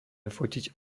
fotiť